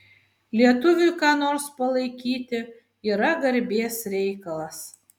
lietuviui ką nors palaikyti yra garbės reikalas